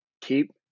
keep